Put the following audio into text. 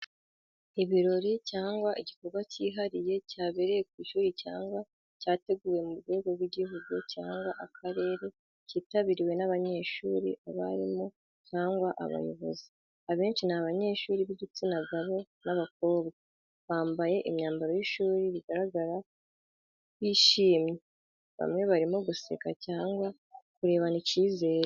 Ibirori cyangwa igikorwa cyihariye cyabereye ku ishuri cyangwa cyateguwe ku rwego rw’igihugu cyangwa akarere cyitabiriwe n’abanyeshuri, abarimu cyangwa abayobozi. Abenshi ni abanyeshuri b’igitsina gabo n’abakobwa, bambaye imyambaro y’ishuri bagaragara bishimye, bamwe barimo guseka cyangwa kurebana icyizere.